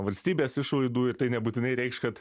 valstybės išlaidų ir tai nebūtinai reikš kad